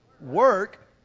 work